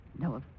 No